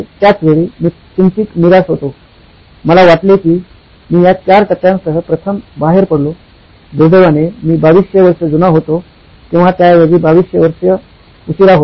त्याच वेळी मी किंचित निराश होतो मला वाटले की मी या चार टप्प्यांसह प्रथम बाहेर पडलो दुर्दैवाने मी 2200 वर्ष जुना होतो किंवा त्याऐवजी 2200 वर्ष उशीरा होतो